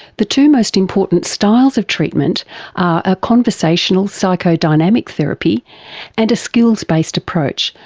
the two most important styles of treatment are a conversational psychodynamic therapy and a skills-based approach,